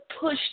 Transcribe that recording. push